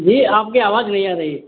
जी आपकी आवाज नहीं आ रही है